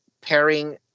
pairing